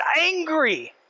angry